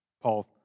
Paul